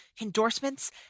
endorsements